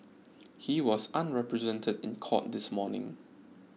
he was unrepresented in court this morning